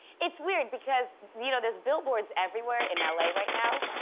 it's weird, because you know there's bill boards everywhere in l a. right now.